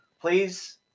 please